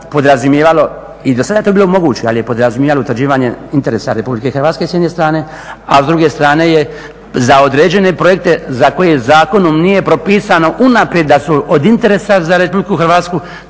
podrazumijevalo i dosada je to bilo moguće, ali je podrazumijevalo utvrđivanje interesa Republike Hrvatske s jedne strane, a s druge strane je za određene projekte za koje zakonom nije prepisano unaprijed da su od interesa za Republiku Hrvatsku